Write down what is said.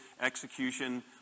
execution